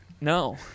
No